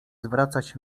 zwracać